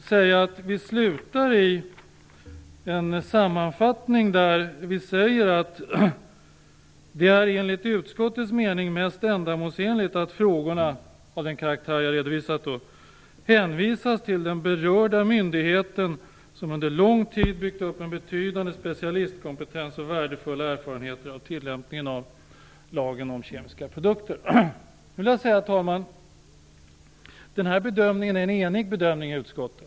Vi slutar i en sammanfattning där vi säger: Det är enligt utskottets mening mest ändamålsenligt att frågorna - de frågor som är av den karaktär som jag här har redovisat - hänvisas till den berörda myndigheten, som under lång tid byggt upp en betydande specialistkompetens och värdefulla erfarenheter av tillämpningen av lagen om kemiska produkter. Den här bedömningen är vi eniga om i utskottet.